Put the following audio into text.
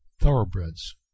thoroughbreds